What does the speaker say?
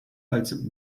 als